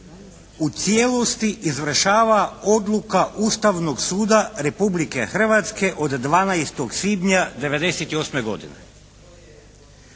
u cijelosti izvršava odluka Ustavnog suda Republike Hrvatske od 12. svibnja '98. godine.